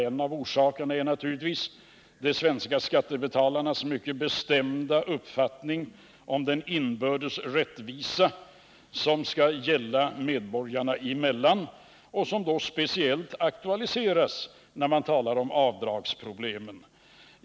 En är naturligtvis de svenska skattebetalarnas mycket bestämda uppfattning om den inbördes rättvisa som skall gälla medborgarna emellan, vilket speciellt aktualiseras när man talar om avdragsproblemen.